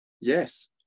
Yes